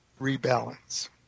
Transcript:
rebalance